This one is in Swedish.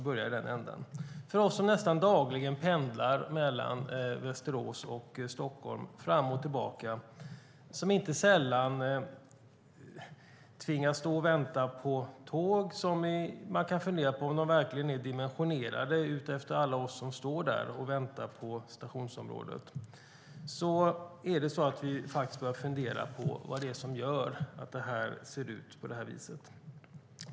Vi som nästan dagligen pendlar mellan Västerås och Stockholm fram och tillbaka tvingas inte sällan att stå och vänta på tåg som man kan fundera på om de verkligen är dimensionerade för alla oss som står där och väntar på stationsområdet. Vi börjar fundera på vad det är som gör att det ser ut på det viset.